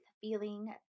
feeling